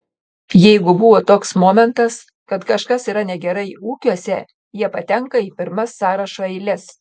jeigu buvo toks momentas kad kažkas yra negerai ūkiuose jie patenka į pirmas sąrašo eiles